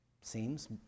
seems